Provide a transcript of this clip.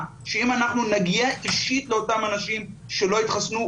שאם אנחנו נגיע אישית לאותם אנשים שלא התחסנו,